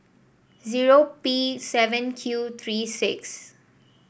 zero P seven Q three six